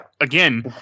again